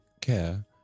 care